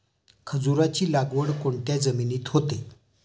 खजूराची लागवड कोणत्या जमिनीत होते?